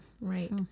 Right